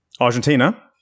argentina